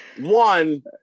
One